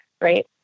Right